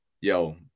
yo